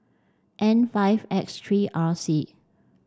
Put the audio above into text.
N five X three R C